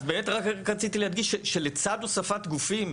אז באמת רק רציתי להדגיש שבצד הוספת גופים,